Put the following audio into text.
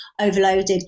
overloaded